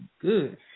good